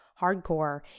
hardcore